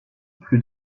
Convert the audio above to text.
plus